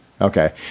Okay